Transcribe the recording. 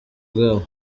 bwabo